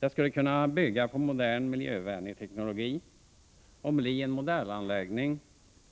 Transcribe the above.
Det skulle kunna bygga på modern, miljövänlig teknologi och bli en modellanläggning